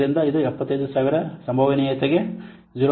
ಆದ್ದರಿಂದ ಇದು 75000 ಸಂಭವನೀಯತೆಗೆ 0